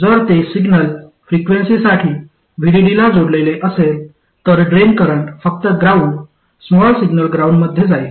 जर ते सिग्नल फ्रिक्वेन्सीसाठी VDD ला जोडलेले असेल तर ड्रेन करंट फक्त ग्राउंड स्मॉल सिग्नल ग्राउंडमध्ये जाईल